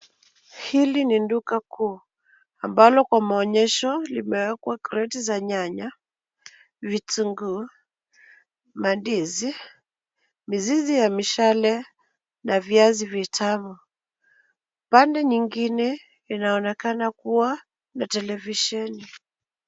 Hili ni duka kuu, ambalo kwa maonyesho limewekwa kreti za nyanya, vitunguu, mandizi, mizizi ya mishale na viazi vitamu. Pande nyingine, inaonekana kuwa na televisheni.